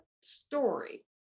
story